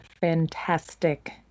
fantastic